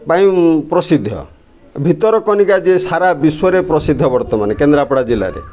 ପାଇଁ ପ୍ରସିଦ୍ଧ ଭିତରକନିକା ଯେ ସାରା ବିଶ୍ୱରେ ପ୍ରସିଦ୍ଧ ବର୍ତ୍ତମାନେ କେନ୍ଦ୍ରାପଡ଼ା ଜିଲ୍ଲାରେ